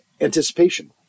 anticipation